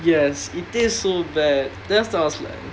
yes it taste so bad taste was like